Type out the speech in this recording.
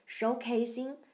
showcasing